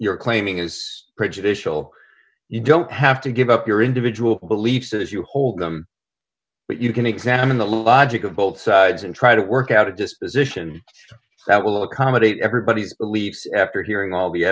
you're claiming is prejudicial you don't have to give up your individual beliefs as you hold them but you can examine the logic of both sides and try to work out a disposition that will accommodate everybody's beliefs after hearing all the